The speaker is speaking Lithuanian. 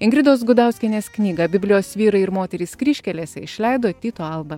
ingridos gudauskienės knyga biblijos vyrai ir moterys kryžkelėse išleido tyto alba